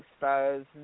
exposed